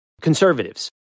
conservatives